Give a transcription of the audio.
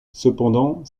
cependant